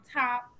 top